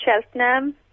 Cheltenham